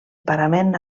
parament